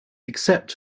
except